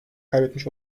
kaybetmiş